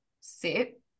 sit